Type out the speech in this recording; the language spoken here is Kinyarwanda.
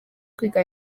kwiga